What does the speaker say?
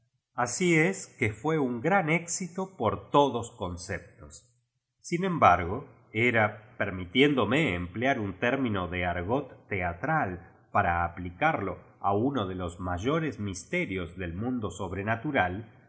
así es que fué un gran éxito por todos conceptos sin embargo era permitiéndome emplear un término de argot teatral para aplicarlo a uno de los mayores misterios det mundo